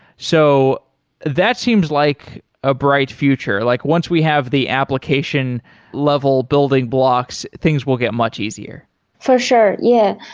so that seems like a bright future. like once we have the application level building blocks, things will get much easier for sure. yeah,